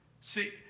see